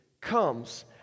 comes